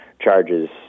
charges